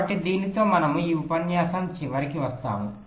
కాబట్టి దీనితో మనము ఈ ఉపన్యాసం చివరికి వస్తాము